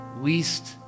least